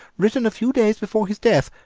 written a few days before his death.